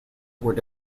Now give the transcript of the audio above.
were